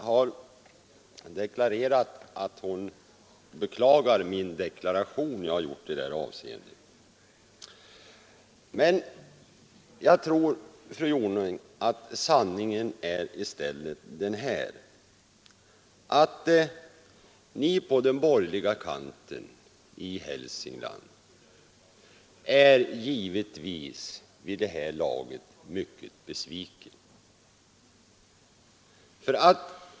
Herr talman! Fru Jonäng beklagade den deklaration som jag har avgivit. Ni är givetvis på den borgerliga kanten i Hälsingland vid det här laget mycket besvikna.